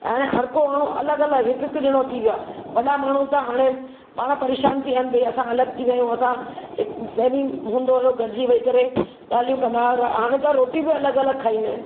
हाणे हर को माण्हू अलॻि अलॻि हिक हिक ॼणो थी वियो आहे वॾा माण्हू हाणे पाणि परेशान थी विया आहिनि भई असां अलॻि थी विया आहियूं असां हिक पहिरीं हूंदो हुयो गॾिजी वेही करे ॻाल्हियूं कंदा हुआ र हाणे त रोटी बि अलॻि अलॻि खाईंदा आहिनि